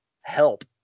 help